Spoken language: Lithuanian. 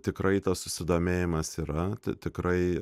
tikrai tas susidomėjimas yra tikrai